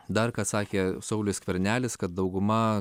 dar ką sakė saulius skvernelis kad dauguma